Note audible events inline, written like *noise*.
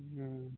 *unintelligible*